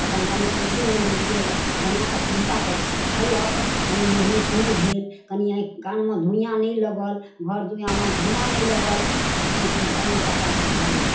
अपन कनि पइसे ने लागि गेल बनाए कऽ सुभितासँ खयलक कनि मेहनति नहि भेल कनि आँखि कानमे धुइआँ नहि लागल घर धुइआँमे धुआँ नहि लागल अपन प्रेमसँ कए कऽ खाए लेलक